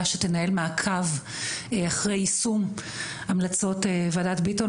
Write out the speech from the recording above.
שתנהל מעקב אחרי יישום המלצות וועדת ביטון,